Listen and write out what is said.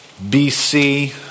BC